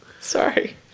Sorry